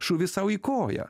šūvį sau į koją